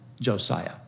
Josiah